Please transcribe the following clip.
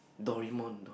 Doraemon do~